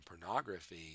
pornography